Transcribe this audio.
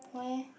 why eh